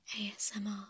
ASMR